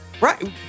right